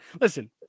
Listen